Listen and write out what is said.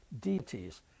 deities